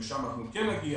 לשם אנחנו כן נגיע,